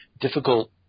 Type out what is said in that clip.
difficult